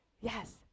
Yes